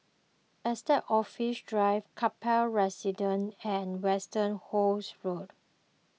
Estate Office Drive Kaplan Residence and Westerhout Road